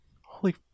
holy